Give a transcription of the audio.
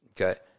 okay